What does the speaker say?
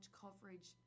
coverage